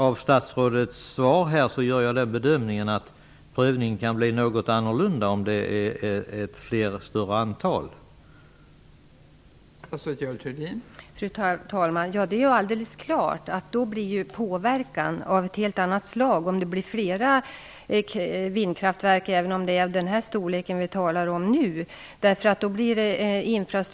Av statsrådets svar drar jag den slutsatsen att prövningen kan bli något annorlunda om det rör sig om ett större antal vindkraftverk.